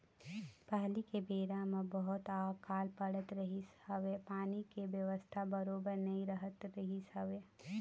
पहिली के बेरा म बहुत अकाल पड़त रहिस हवय पानी के बेवस्था बरोबर नइ रहत रहिस हवय